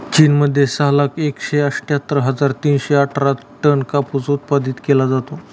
चीन मध्ये सहा लाख एकशे अठ्ठ्यातर हजार तीनशे अठरा टन कापूस उत्पादित केला जातो